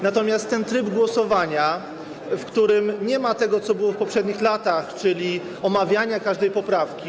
Natomiast chodzi o ten tryb głosowania, w którym nie ma tego, co było w poprzednich latach, czyli omawiania każdej poprawki.